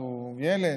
אבל הוא ילד,